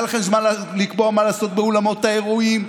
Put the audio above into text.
היה לכם זמן לקבוע מה לעשות באולמות האירועים,